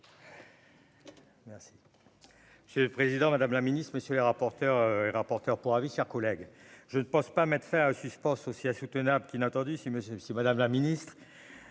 Merci,